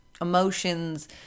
emotions